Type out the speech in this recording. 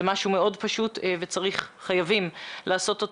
זה משהו מאוד פשוט וחייבים לעשות אותו.